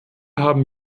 haben